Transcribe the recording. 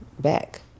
back